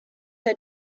her